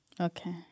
Okay